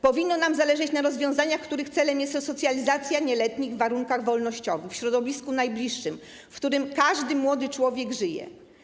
Powinno nam zależeć na rozwiązaniach, których celem jest resocjalizacja nieletnich w warunkach wolnościowych w środowisku najbliższym, w którym każdy młody człowiek żyje.